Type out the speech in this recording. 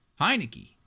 Heineke